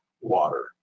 water